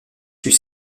fut